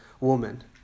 woman